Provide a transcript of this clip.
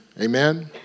Amen